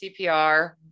CPR